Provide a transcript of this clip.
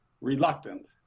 reluctant